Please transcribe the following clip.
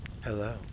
Hello